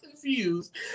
confused